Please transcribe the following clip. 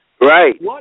Right